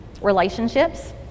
Relationships